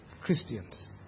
Christians